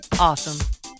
awesome